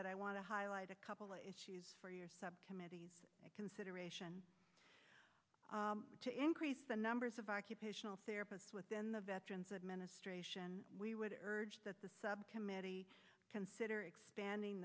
but i want to highlight a couple issues for your subcommittees consideration to increase the numbers of occupational therapist within the veterans administration we would urge that the subcommittee consider expanding